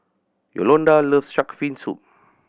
Yolonda loves Shark's Fin Soup